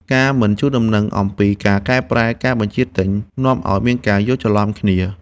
ការមិនជូនដំណឹងអំពីការកែប្រែការបញ្ជាទិញ នាំឱ្យមានការយល់ច្រឡំគ្នា។